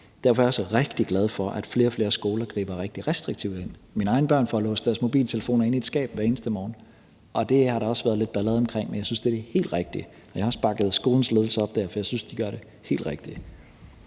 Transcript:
Derfor er jeg rigtig glad for, at flere og flere skoler griber rigtig restriktivt ind. Mine egne børn får låst deres mobiltelefoner inde i et skab hver eneste morgen, og det har der også været lidt ballade omkring, men jeg synes, det er det helt rigtige, og jeg har også bakket skolens ledelse op der, for jeg synes, de gør det helt rigtige.